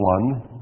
one